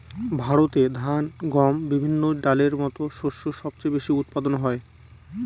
ভারতে ধান, গম, বিভিন্ন ডালের মত শস্য সবচেয়ে বেশি উৎপাদন হয়